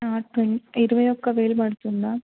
twenty ఇరవై ఒక్క వేలు పడుతుందా